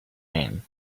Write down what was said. man